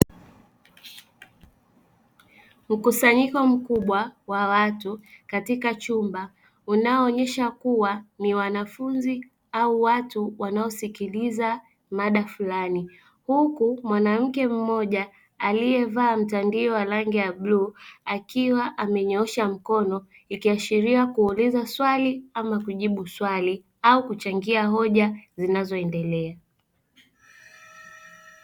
Mkusanyiko mkubwa wa watu katika chumba unaoonyesha kuwa ni wanafunzi au watu wanaosikiliza mada fulani, huku mwanamke mmoja aliyevaa mtandio wa rangi ya bluu akiwa amenyoosha mkono ikiashiria kuuliza swali ama kujibu swali au kuchangia hoja zinazoendelea.